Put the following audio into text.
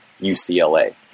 UCLA